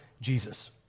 Jesus